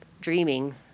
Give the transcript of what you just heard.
dreaming